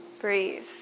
breathe